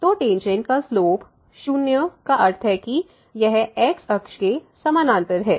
तो टेंजेंट का स्लोप 0 का अर्थ है कि यह x अक्ष के समानांतर है